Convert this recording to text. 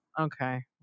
okay